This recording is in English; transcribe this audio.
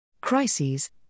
Crises